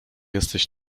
jesteś